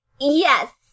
Yes